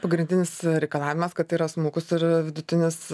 pagrindinis reikalavimas kad tai yra smulkus ir vidutinis